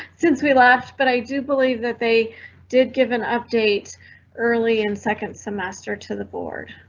since we laughed, but i do believe that they did give an update early in second semester to the board.